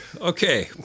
Okay